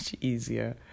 easier